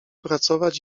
pracować